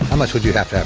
much would you'd have have